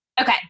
Okay